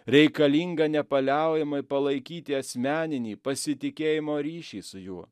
reikalinga nepaliaujamai palaikyti asmeninį pasitikėjimo ryšį su juo